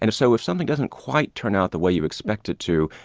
and so if something doesn't quite turn out the way you expect it to,